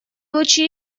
лучи